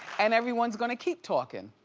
and everyone's gonna keep talking.